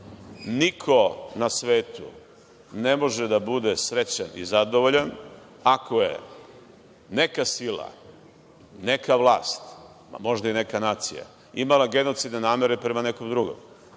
Niko na svetu ne može da bude srećan i zadovoljan, ako je neka sila, neka vlast, a možda i neka nacija imala genocidne namere prema nekom drugom.